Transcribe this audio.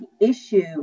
issue